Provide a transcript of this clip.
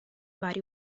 vari